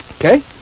Okay